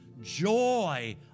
joy